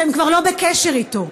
שהם כבר לא בקשר איתו,